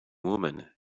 woman